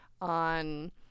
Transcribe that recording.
on